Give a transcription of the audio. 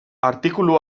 artikulu